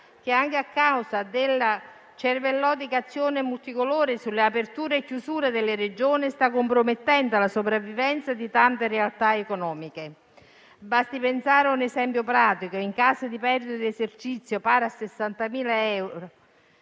che, anche a causa della cervellotica azione multicolore sulle aperture e chiusure delle Regioni, sta compromettendo la sopravvivenza di tante realtà economiche. Basti pensare a un esempio pratico: in caso di perdite di esercizio pari a 60.000 euro,